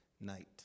night